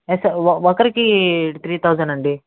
yes sir ఒ ఒకరికి three thousand అండి